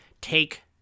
take